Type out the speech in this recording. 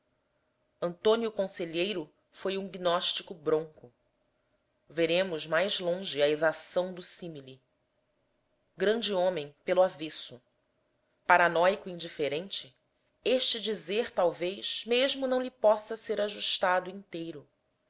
antônio conselheiro foi um gnóstico bronco veremos mais longe a exação do símile grande homem pelo avesso paranóico indiferente este dizer talvez mesmo não lhe possa ser ajustado inteiro